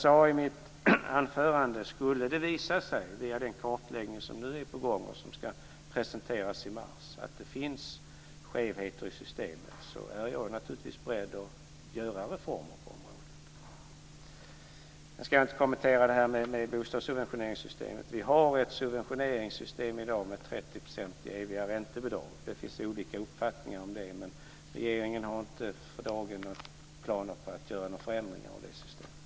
Om det skulle visa sig, via den kartläggning som nu är på gång och som ska presenteras i mars, att det finns skevheter i systemet är jag naturligtvis, som jag sade i mitt anförande, beredd att göra reformer på området. Jag ska inte kommentera bostadssubventioneringssystemet. Vi har ett subventioneringssystem i dag med 30-procentiga eviga räntebidrag. Det finns olika uppfattningar om det, men regeringen har inte för dagen några planer på att göra några förändringar av det systemet.